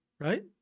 right